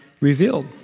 revealed